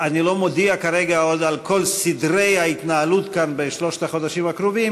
אני לא מודיע כרגע עוד על כל סדרי ההתנהלות כאן בשלושת החודשים הקרובים,